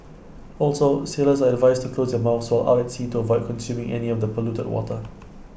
also sailors are advised to close their mouths so out at sea to avoid consuming any of the polluted water